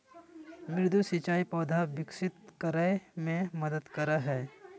मृदु सिंचाई पौधा विकसित करय मे मदद करय हइ